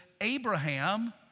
Abraham